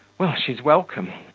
well! she's welcome!